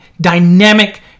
dynamic